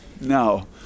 No